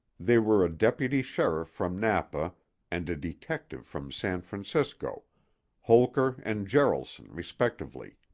they were a deputy sheriff from napa and a detective from san francisco holker and jaralson, respectively.